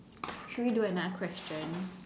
should we do another question